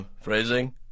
phrasing